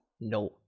No